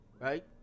right